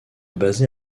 basée